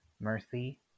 mercy